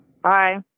Bye